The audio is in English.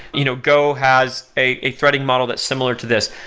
you know go has a threading model that's similar to this.